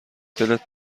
دلت